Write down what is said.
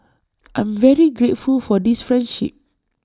I'm very grateful for this friendship